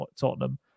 Tottenham